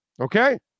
Okay